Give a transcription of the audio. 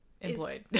employed